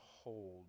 hold